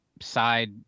side